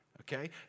Okay